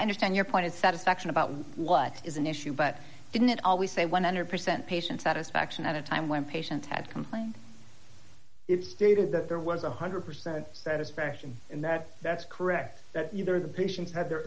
understand your point of satisfaction about what is an issue but didn't always say one hundred percent patient satisfaction at a time when patients had complained it stated that there was one hundred percent satisfaction in that that's correct that either the patients had their